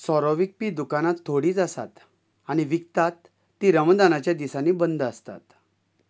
सोरो विकपी दुकानां थोडींच आसात आनी विकतात ती रमदानाच्या दिसांनी बंद आसतात